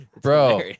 Bro